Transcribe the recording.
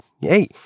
Hey